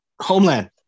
Homeland